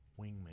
wingman